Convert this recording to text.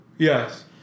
Yes